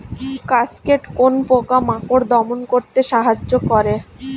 Cascade কোন পোকা মাকড় দমন করতে সাহায্য করে?